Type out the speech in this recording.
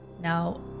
Now